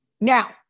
Now